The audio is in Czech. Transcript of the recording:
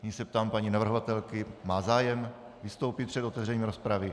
Nyní se ptám paní navrhovatelky, zda má zájem vystoupit před otevřením rozpravy.